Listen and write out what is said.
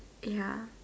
ya